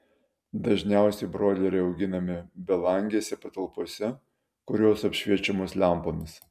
dažniausiai broileriai auginami belangėse patalpose kurios apšviečiamos lempomis